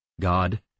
God